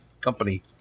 company